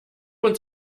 uns